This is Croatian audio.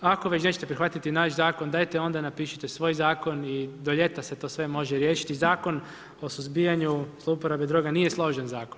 Ako već nećete prihvatiti naš zakon, dajte onda napišite svoj zakon i do ljeta se to sve može riješiti, Zakon o suzbijanju zlouporabe droga nije složen zakon.